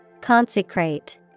Consecrate